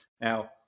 Now